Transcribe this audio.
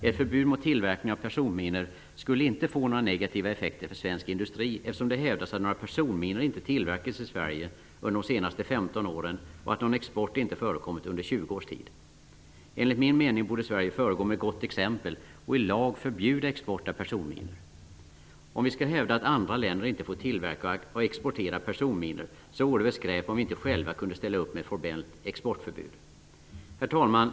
Ett förbud mot tillverkning av personminor skulle inte få några negativa effekter för svensk industri, eftersom det hävdas att några personminor inte tillverkats i Sverige under de senaste 15 åren och att någon export inte förekommit under 20 års tid. Enligt min mening borde Sverige föregå med gott exempel och i lag förbjuda export av personminor. Om vi skall hävda att andra länder inte får tillverka och exportera personminor vore det väl skräp om vi inte själva kunde ställa upp med ett formellt exportförbud. Herr talman!